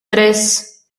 tres